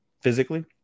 Physically